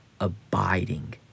abiding